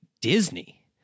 Disney